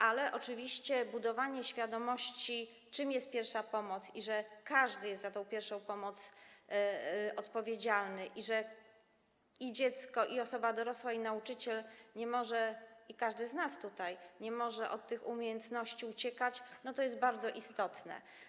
Ale oczywiście budowanie świadomości, czym jest pierwsza pomoc, że każdy jest za pierwszą pomoc odpowiedzialny, że i dziecko, i osoba dorosła, i nauczyciel, i każdy z nas tutaj nie może od tych umiejętności uciekać - to jest bardzo istotne.